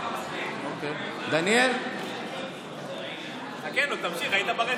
חכה, נו, תמשיך, היית ברצף.